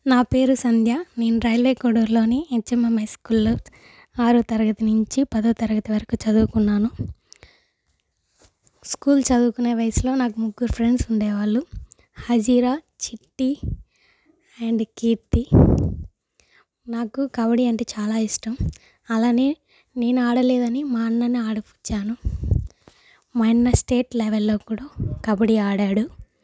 నా పేరు సంధ్య నేను రైల్వే కోడూరులోని హెచ్ఎంఎం హైస్కూల్లో ఆరవ తరగతి నుంచి పదవ తరగతి వరకు చదువుకున్నాను స్కూల్ చదువుకునే వయసులో నాకు ముగ్గురు ఫ్రెండ్స్ ఉండేవాళ్ళు హజీరా చిట్టి అండ్ కీర్తి నాకు కబడ్డీ అంటే చాలా ఇష్టం అలానే నేను ఆడలేదని మా అన్నని ఆడించాను మా అన్నని ఆడించాను మా అన్న స్టేట్ లెవెల్లో కబడ్డీ ఆడాడు